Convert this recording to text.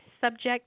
subject